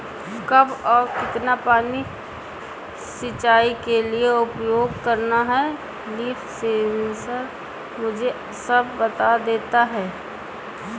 कब और कितना पानी सिंचाई के लिए उपयोग करना है लीफ सेंसर मुझे सब बता देता है